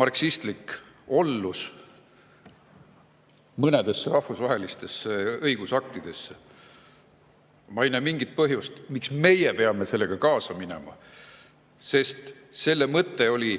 marksistlik ollus mõnesse rahvusvahelisse õigusakti. Ma ei näe mingit põhjust, miks meie peame sellega kaasa minema. Selle mõte oli